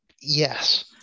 yes